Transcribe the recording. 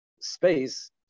space